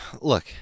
Look